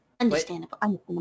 Understandable